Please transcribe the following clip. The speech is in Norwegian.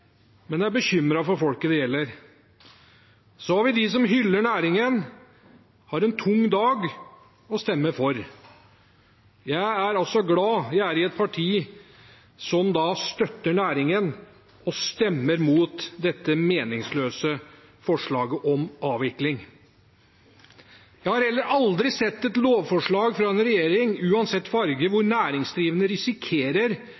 men er bekymret for folk det gjelder. Så har vi dem som hyller næringen, har en tung dag og stemmer for. Jeg er glad jeg er i et parti som støtter næringen og stemmer mot dette meningsløse forslaget om avvikling. Jeg har aldri sett et lovforslag fra en regjering, uansett farge,